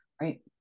right